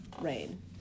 rain